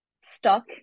stuck